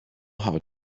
how